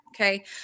Okay